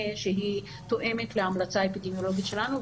שתואמת להמלצה האפידמיולוגית שלנו,